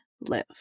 live